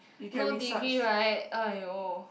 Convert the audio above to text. no degree right !aiyo!